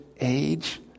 age